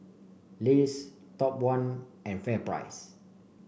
Lays Top One and FairPrice